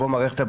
העולה.